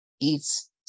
eats